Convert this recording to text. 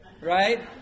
right